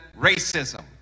racism